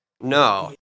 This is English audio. no